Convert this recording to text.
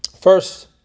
First